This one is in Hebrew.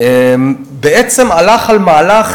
בעצם הלך על מהלך